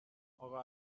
اقا